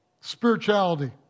spirituality